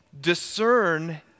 discern